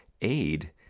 aid